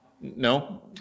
No